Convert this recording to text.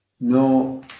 No